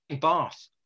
Bath